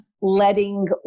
letting